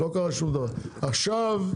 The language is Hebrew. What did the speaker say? עכשיו,